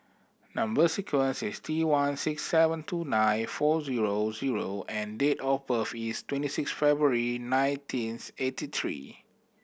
number sequence is T one six seven two nine four zero zero and date of birth is twenty six February nineteenth eighty three